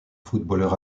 footballeur